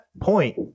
point